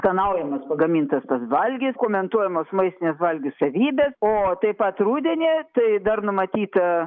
skanaujamas pagamintas tas valgis komentuojamos maistinės valgių savybės o taip pat rudenį tai dar numatyta